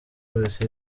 polisi